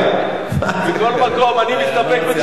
מכל מקום, אני מסתפק בתשובת השר.